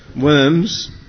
worms